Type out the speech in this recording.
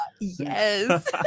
Yes